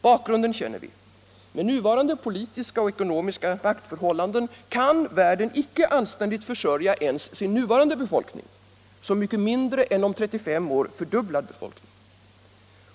Bakgrunden känner vi: Med nuvarande politiska och ekonomiska maktförhållanden kan världen icke anständigt försörja ens sin nuvarande befolkning, så mycket mindre en om 35 år fördubblad befolkning.